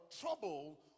trouble